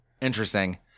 Interesting